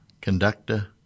conductor